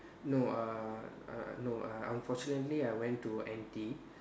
no uh uh no uh unfortunately I went to N_T